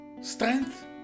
strength